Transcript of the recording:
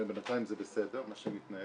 בינתיים זה בסדר, מה שמתנהל.